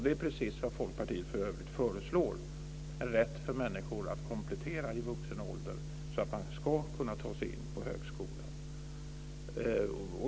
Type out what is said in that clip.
Det är för övrigt precis detta som Folkpartiet föreslår: en rätt för människor att i vuxen ålder komplettera så att de ska kunna ta sig in på högskolan.